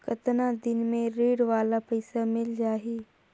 कतना दिन मे ऋण वाला पइसा मिल जाहि?